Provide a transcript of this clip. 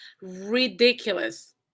ridiculous